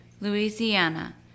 Louisiana